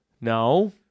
No